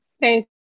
thank